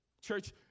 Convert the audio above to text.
Church